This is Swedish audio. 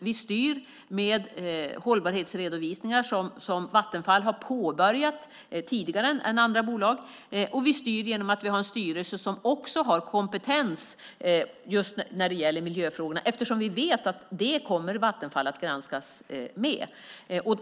Vi styr med hållbarhetsredovisningar som Vattenfall har påbörjat tidigare än andra bolag, och vi styr genom att vi har en styrelse som också har kompetens just när det gäller miljöfrågorna eftersom vi vet att Vattenfall kommer att granskas på det sättet.